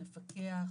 אנחנו נפקח,